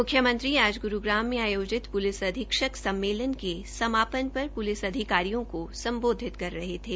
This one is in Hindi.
मुख्यमंत्री आज ग्रूग्राम में आयोजित प्रलिस अधीक्षक सममेलन के समापन पर प्रलिस अधिकारियों को सम्बोधित कर रहे थे